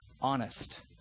Honest